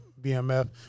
BMF